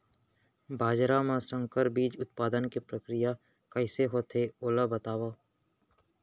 बाजरा मा संकर बीज उत्पादन के प्रक्रिया कइसे होथे ओला बताव?